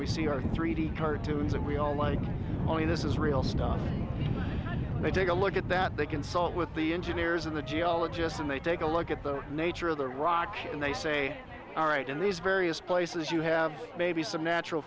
we see our three d cartoons and we all like oh yeah this is real stuff and they take a look at that they consult with the engineers and the geologists and they take a look at the nature of the rock and they say all right in these various places you have maybe some natural